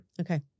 Okay